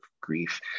grief